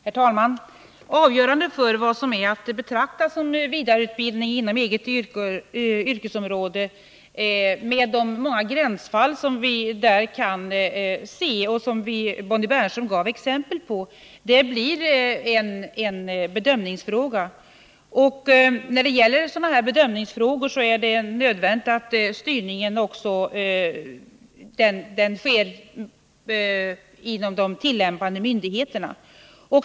Herr talman! Det blir en fråga om bedömning att avgöra vad som är att betrakta som vidareutbildning inom eget yrkesområde — med de många gränsfall som vi där kan se och som Bonnie Bernström gav exempel på. Och när det gäller bedömningsfrågor är det nödvändigt att styrningen sker inom de tillämpande myndigheterna.